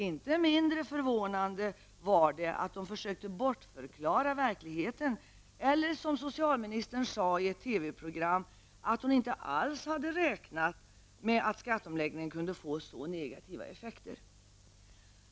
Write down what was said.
Inte mindre förvånande var det att de försökte bortförklara verkligheten, eller som socialministern i ett TV-program sade att hon inte alls hade räknat med att skatteomläggningen kunde få så negativa effekter.